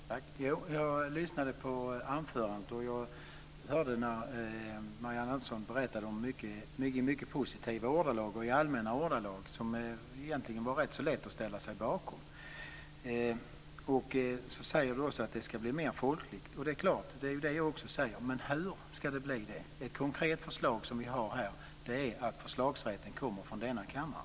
Fru talman! Jo, jag lyssnade på anförandet. Jag hörde Marianne Anderssons positiva och allmänna ordalag som var lätta att ställa sig bakom. Marianne Andersson säger också att det hela ska bli mer folkligt. Det säger jag också. Men hur ska det bli det? Ett konkret förslag är att förslagsrätten kommer från denna kammare.